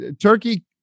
Turkey